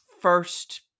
first